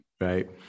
Right